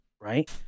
Right